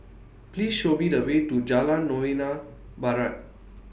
Please Show Me The Way to Jalan Novena Barat